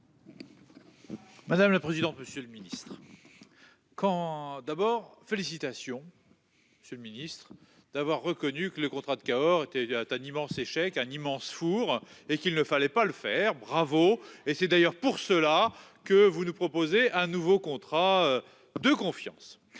Madame la présidente. Monsieur le Ministre. Quand d'abord félicitations. Ce ministre d'avoir reconnu que le contrat de Cahors était il y a un immense échec un immense four et qu'il ne fallait pas le faire. Bravo et c'est d'ailleurs pour cela que vous nous proposez un nouveau contrat de confiance